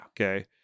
Okay